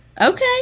Okay